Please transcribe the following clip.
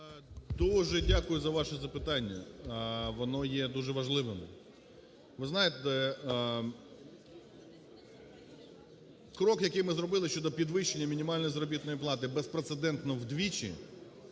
Дуже дякую за ваше запитання, воно є дуже важливим. Ви знаєте, крок, який ми зробили щодо підвищення мінімальної заробітної плати – безпрецедентно вдвічі,